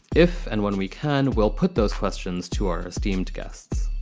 if and when we can, we'll put those questions to our esteemed guests.